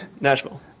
Nashville